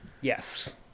Yes